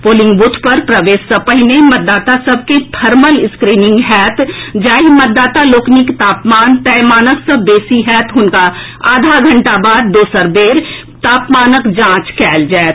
polling booth पर प्रवेश सँ पहिने मतदाता सभ के थर्मल स्क्रिनिंग होयत जाहि मतदाता लोकनिक तापमान तय मानक सँ बेसी होयत हुनका आधा घंटा बाद दोसर बेर तापमानक जांच कयल जायत